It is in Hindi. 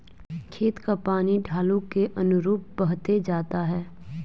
खेत का पानी ढालू के अनुरूप बहते जाता है